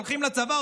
הולכים לצבא,